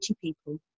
people